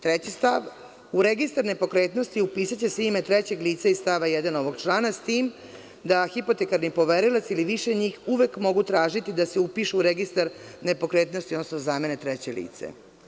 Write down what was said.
Treći stav – u registar nepokretnosti upisaće se ime trećeg lica iz stava 1. ovog člana, s tim da hipotekarni poverilac ili više njih uvek mogu tražiti da se upišu u registar nepokretnosti, odnosno zamene treće lice.